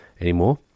anymore